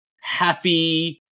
happy